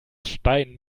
stein